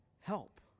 help